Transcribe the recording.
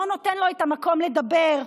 לא נותן לו את המקום לדבר,